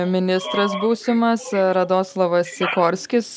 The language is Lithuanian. ministras būsimas radoslavas sikorskis